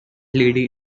lady